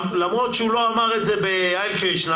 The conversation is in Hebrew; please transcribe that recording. מדבריו, למרות שהוא לא אמר את זה כהאי לישנא,